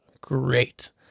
great